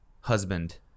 husband